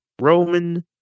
Roman